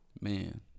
Man